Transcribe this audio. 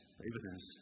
evidence